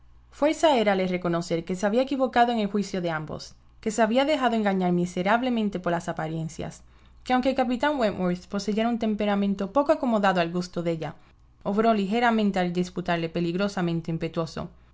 érale reconocer que se había equivocado en el juicio de ambos que se había dejado engañar miserablemente por las apariencias que aunque el capitán wentworth poseyera un temperamento poco acomodado al gusto de ella obró ligeramente al diputarle peligrosamente impetuoso